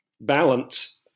balance